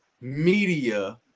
media